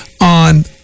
on